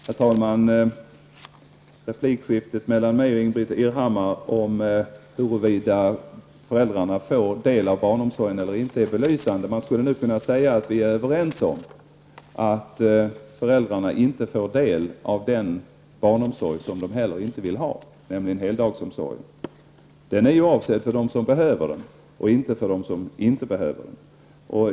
Herr talman! Replikskiftet mellan mig och Ingbritt Irhammar om huruvida föräldrarna får del av barnomsorgen eller inte är belysande. Man skulle nu kunna säga att vi är överens om att föräldrarna inte får del av den barnomsorg som de heller inte vill ha, nämligen heldagsomsorgen. Den är ju avsedd för dem som behöver den, inte för dem som inte behöver den.